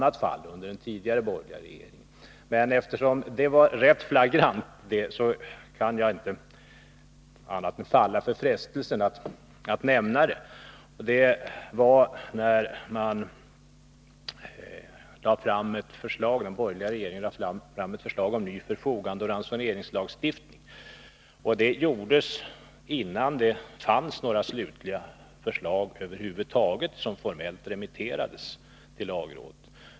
Jag skulle egentligen inte nämna ett annat fall, men eftersom det var rätt flagrant kan jag inte annat än falla för frestelsen att nämna det. Den borgerliga regeringen lade fram ett förslag om ny förfogandeoch ransoneringslagstiftning som formellt remitterades till lagrådet. Det gjordes innan det över huvud taget fanns några slutliga förslag.